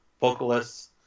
vocalists